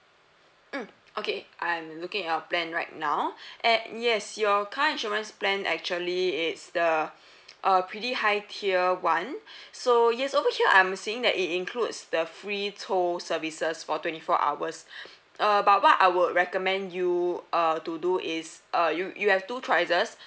mm okay I'm looking at your plan right now and yes your car insurance plan actually it's the uh pretty high tier one so yes over here I'm seeing that it includes the free tow services for twenty four hours uh but what I would recommend you err to do is err you you have two choices